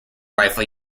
rifle